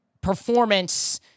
performance